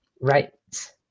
Right